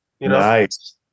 nice